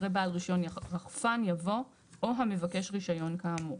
אחרי "בעל רישיון רחפן" יבוא "או המבקש רישיון כאמור".